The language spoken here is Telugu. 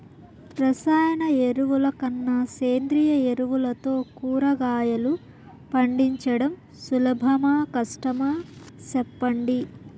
రసాయన ఎరువుల కన్నా సేంద్రియ ఎరువులతో కూరగాయలు పండించడం సులభమా కష్టమా సెప్పండి